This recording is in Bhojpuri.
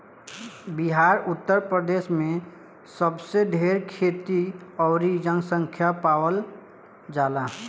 बिहार उतर प्रदेश मे सबसे ढेर खेती अउरी जनसँख्या पावल जाला